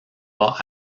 pas